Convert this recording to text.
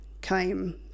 came